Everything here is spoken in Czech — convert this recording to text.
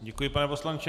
Děkuji, pane poslanče.